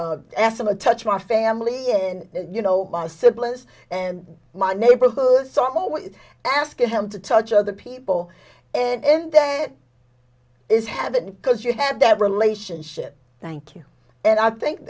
a touch my family in you know my siblings and my neighborhood some always asking him to touch other people and that is heaven because you had that relationship thank you and i think